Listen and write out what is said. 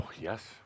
Yes